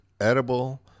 edible